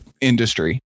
industry